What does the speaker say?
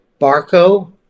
Barco